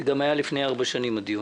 היה גם לפני ארבע שנים.